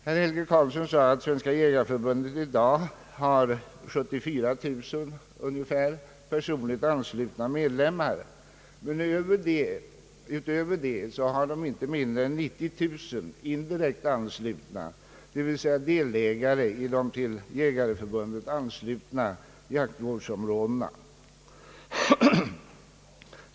Herr Helge Karlsson sade att Svenska jägareförbundet i dag har ungefär 74 000 personligt anslutna medlemmar, men därutöver har det inte mindre än 90 000 indirekt anslutna, det vill säga delägare i de till Jägareförbundet anslutna jaktvårdsområdena.